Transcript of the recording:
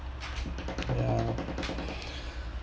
ya